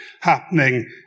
happening